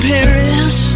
Paris